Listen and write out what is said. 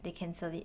then they cancel it